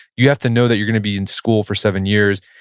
you have to know that you're going to be in school for seven years,